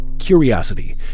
curiosity